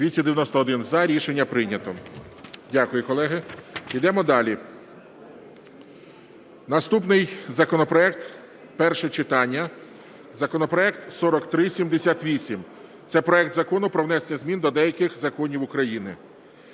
За-291 Рішення прийнято. Дякую, колеги. Йдемо далі. Наступний законопроект – перше читання, законопроект 4378. Це проект Закону про внесення змін до деяких законів України.